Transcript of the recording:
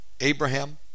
Abraham